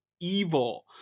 evil